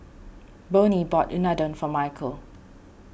Bonnie bought Unadon for Mykel